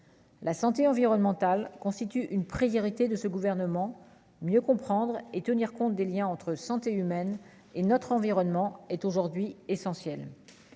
la santé environnementale constitue une priorité de ce gouvernement, mieux comprendre et tenir compte des Liens entre santé humaine et notre environnement est aujourd'hui essentiel,